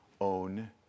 own